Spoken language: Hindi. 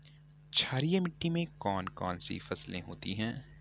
क्षारीय मिट्टी में कौन कौन सी फसलें होती हैं?